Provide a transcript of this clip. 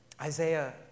Isaiah